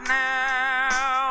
now